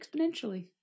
exponentially